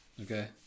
Okay